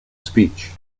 speech